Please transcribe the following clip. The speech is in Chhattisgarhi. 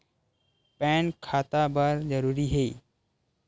पैन खाता बर जरूरी हे?